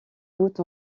doute